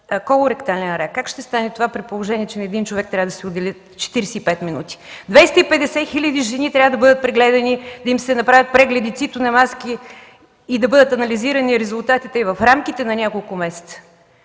колоректален рак. Как ще стане това, при положение, че на един човек трябва да се отделят 45 минути? Двеста и петдесет хиляди жени трябва да бъдат прегледани, да им се направят прегледи, цитонамазки и да бъдат анализирани резултатите в рамките на няколко месеца.